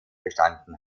bestanden